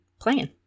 playing